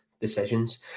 decisions